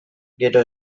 gero